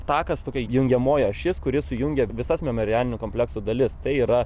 takas kaip jungiamoji ašis kuri sujungia visas memorialinio komplekso dalis tai yra